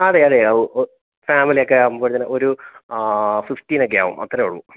അതെയതെ ആ ഫാമിലിയൊക്കെ ആവുമ്പോൾ അങ്ങനെ ഒരു ഫിഫ്റ്റീനൊക്കെ ആവും അത്രയാവും